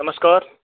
नमस्कार